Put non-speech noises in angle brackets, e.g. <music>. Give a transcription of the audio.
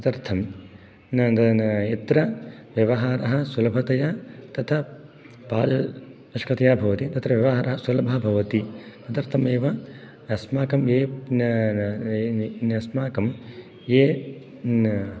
तदर्थम् यत्र व्यवहारः सुलभतया तथा <unintelligible> नष्टतया भवति तत्र व्यवहारः सुलभः भवति तदर्थमेव अस्माकं अस्माकं ये